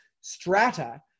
strata